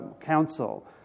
council